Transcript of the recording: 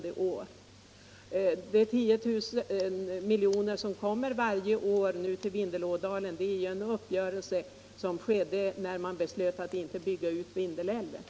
Det betyder att siffran blir avsevärt förbättrad, men för länet som helhet är det en betydande försämring jämfört med föregående år.